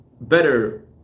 better